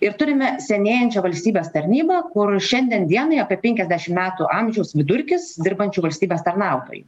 ir turime senėjančią valstybės tarnybą kur šiandien dienai apie penkiasdešim metų amžiaus vidurkis dirbančių valstybės tarnautojų